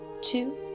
two